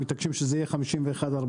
שזה יהיה 51-49,